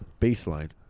baseline